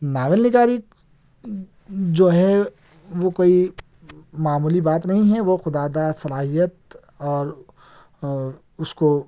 novel نِگاری جو ہے وہ کوئی معمولی بات نہیں وہ خدا داد صلاحیت اور اُس کو